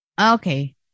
Okay